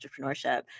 entrepreneurship